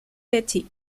petty